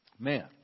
Man